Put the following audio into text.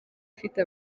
ufite